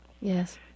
Yes